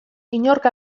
inork